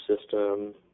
system